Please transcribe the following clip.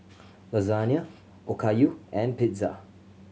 Lasagne Okayu and Pizza